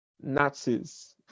nazis